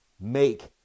make